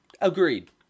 Agreed